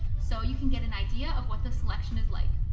so you can get an idea of what the selection is like.